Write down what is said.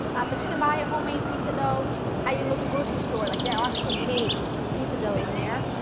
but you can buy a homemade pizza dough at your local grocery store. like they'll actually make pizza dough in there.